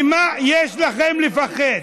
ממה יש לכם לפחד?